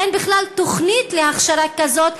אין בכלל תוכנית להכשרה כזאת,